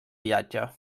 viatge